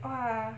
!wah!